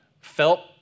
felt